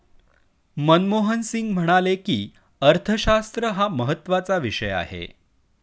मनमोहन सिंग म्हणाले की, अर्थशास्त्र हा महत्त्वाचा विषय आहे